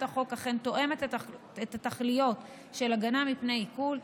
החוק אכן תואם את התכליות של הגנה מפני עיקול,